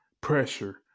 pressure